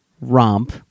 romp